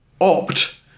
opt